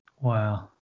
Wow